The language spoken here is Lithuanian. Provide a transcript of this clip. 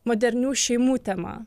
modernių šeimų tema